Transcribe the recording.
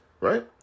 right